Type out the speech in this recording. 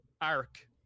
arc